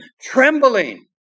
trembling